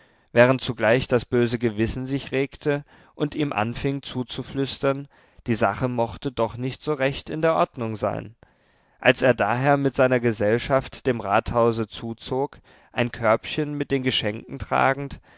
während zugleich das böse gewissen sich regte und ihm anfing zuzuflüstern die sache mochte doch nicht so recht in der ordnung sein als er daher mit seiner gesellschaft dem rathause zuzog ein körbchen mit den geschenken tragend